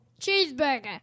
Cheeseburger